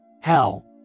Hell